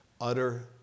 utter